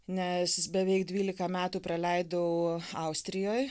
nes jis beveik dvylika metų praleidau austrijoj